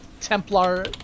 Templar